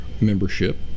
membership